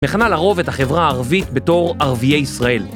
מכנה לרוב את החברה הערבית בתור ערביי ישראל.